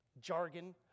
jargon